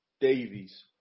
Davies